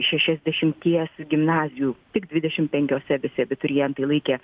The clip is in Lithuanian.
šešiasdešimties gimnazijų tik dvidešimt penkiose visi abiturientai laikė